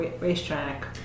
Racetrack